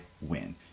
win